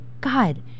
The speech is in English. God